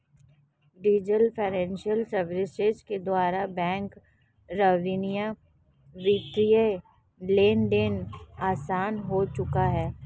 diesel financial services के द्वारा bank रवीना वित्तीय लेनदेन आसान हो चुका है